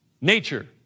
nature